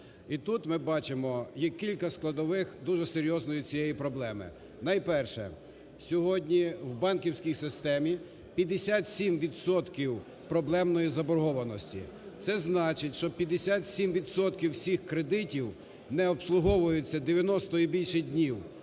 і тут ми бачимо є кілька складових дуже серйозної цієї проблеми. Найперше, сьогодні в банківській системі 57 відсотків проблемної заборгованості. Це значить, що 57 відсотків всіх кредитів не обслуговуються 90 і більше днів,